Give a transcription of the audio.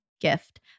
gift